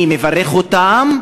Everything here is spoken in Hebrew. אני מברך אותם,